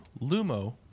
Lumo